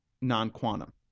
non-quantum